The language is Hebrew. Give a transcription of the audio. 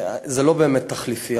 זה לא באמת תחליפי.